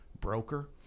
broker